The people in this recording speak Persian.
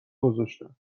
گذاشتم